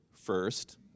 first